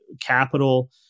capital